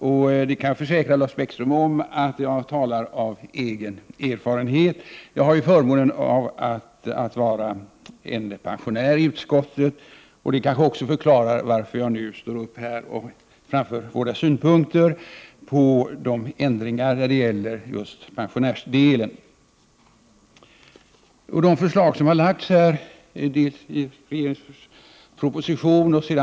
Jag kan försäkra Lars Bäckström om att jag talar av egen erfarenhet. För min del har jag förmånen att vara pensionär i utskottet, och det förklarar kanske att jag nu står här och framför våra synpunkter på ändringar beträffande just pensionärsdelen.